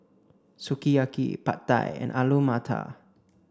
Sukiyaki Pad Thai and Alu Matar